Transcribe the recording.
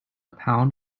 pound